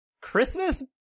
Christmas